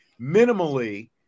minimally